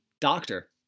doctor